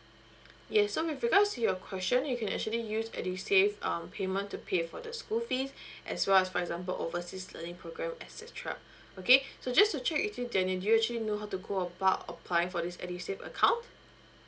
yes so with regards to your question you can actually use edusave um payment to pay for the school fees as well as for example overseas learning program etcetera okay so just to check with you daniel do you actually know how to go about applying for this edusave account